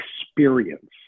experience